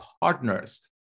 partner's